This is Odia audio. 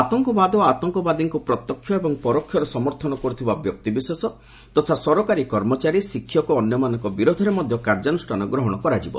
ଆତଙ୍କବାଦ ଓ ଆତଙ୍କବାଦୀଙ୍କୁ ପ୍ରତ୍ୟକ୍ଷ ଏବଂ ପରୋକ୍ଷରେ ସମର୍ଥନ କରୁଥିବା ବ୍ୟକ୍ତିବିଶେଷ ତଥା ସରକାରୀ କର୍ମଚାରୀ ଶିକ୍ଷକ ଓ ଅନ୍ୟମାନଙ୍କ ବିରୋଧରେ ମଧ୍ୟ କାର୍ଯ୍ୟାନୁଷ୍ଠାନ ଗ୍ରହଣ କରାଯିବ